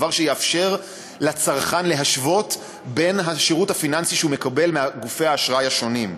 שיאפשר לצרכן להשוות בין השירות הפיננסי שהוא מקבל מגופי האשראי השונים.